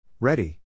Ready